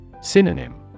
Synonym